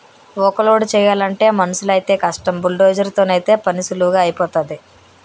ఊక లోడు చేయలంటే మనుసులైతేయ్ కష్టం బుల్డోజర్ తోనైతే పనీసులువుగా ఐపోతాది